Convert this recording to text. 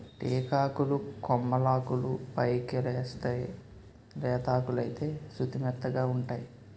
టేకాకులు కొమ్మలాకులు పైకెలేస్తేయ్ లేతాకులైతే సుతిమెత్తగావుంటై